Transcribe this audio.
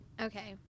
Okay